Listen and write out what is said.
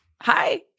Hi